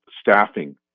staffing